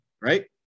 right